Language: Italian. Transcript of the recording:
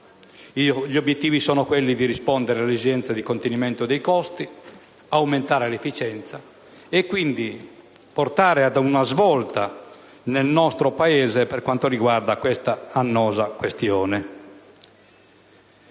gli obiettivi che ha dichiarato: rispondere all'esigenza di contenimento dei costi, aumentare l'efficienza e quindi portare ad una svolta nel nostro Paese per quanto riguarda questa annosa questione.